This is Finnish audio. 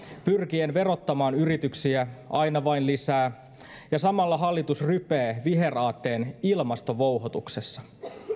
pyrkien verottamaan yrityksiä aina vain lisää ja samalla hallitus rypee viheraatteen ilmastovouhotuksessa